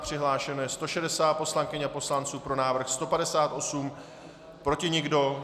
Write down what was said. Přihlášeno je 160 poslankyň a poslanců, pro návrh 158, proti nikdo.